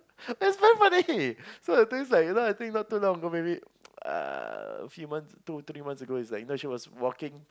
is very funny so the thing is like you know I think not too long ago maybe uh a few months two three months ago it's like you know she was walking